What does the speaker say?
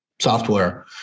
software